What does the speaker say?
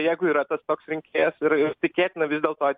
jeigu yra tas toks rinkėjas ir ir tikėtina vis dėlto